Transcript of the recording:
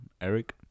Eric